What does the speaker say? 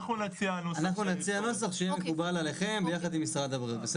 בין אם זה באמצעות המשרד למבחני תמיכה ובין אם זה